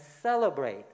celebrate